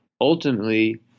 ultimately